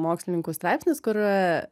mokslininkų straipsnis kur